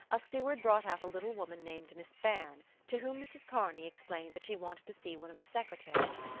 a steward brought out a little woman named miss beirne to whom mrs. kearney explained that she wanted to see one of the secretaries.